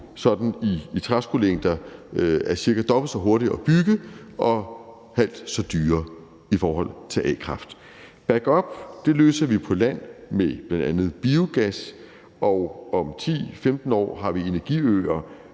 i træskolængder er cirka dobbelt så hurtigt at bygge og halvt så dyre i forhold til a-kraft. Backup løser vi på land med bl.a. biogas, og om 10-15 år har vi energiøer,